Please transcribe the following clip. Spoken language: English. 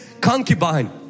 concubine